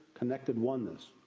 connected oneness.